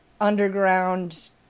underground